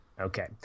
Okay